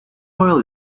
oil